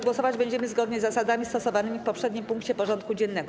Głosować będziemy zgodnie z zasadami stosowanymi w poprzednim punkcie porządku dziennego.